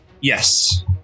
Yes